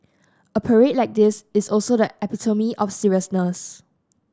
a parade like this is also that epitome of seriousness